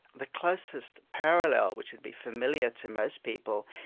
the closest parallel which would be familiar to most people,